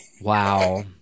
wow